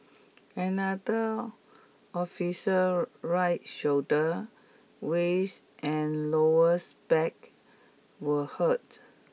another officer's right shoulder waist and lowers back were hurt